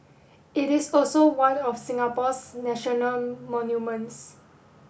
it is also one of Singapore's national monuments